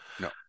No